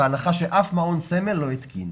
בהנחה שאף מעון סמל לא התקין.